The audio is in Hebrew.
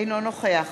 אינו נוכח